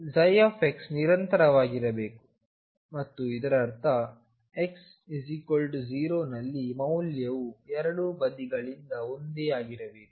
ψನಿರಂತರವಾಗಿರಬೇಕು ಮತ್ತು ಇದರರ್ಥ x 0 ನಲ್ಲಿ ಮೌಲ್ಯವು ಎರಡೂ ಬದಿಗಳಿಂದ ಒಂದೇ ಆಗಿರಬೇಕು